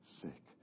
sick